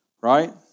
right